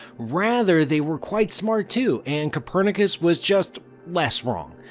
rather they were quite smart too and copernicus was just less wrong.